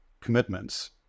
commitments